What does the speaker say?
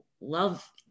love